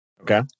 Okay